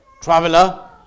traveler